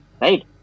Right